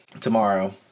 Tomorrow